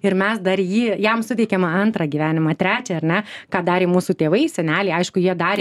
ir mes dar jį jam suteikiam antrą gyvenimą trečią ar ne ką darė mūsų tėvai seneliai aišku jie darė